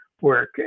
work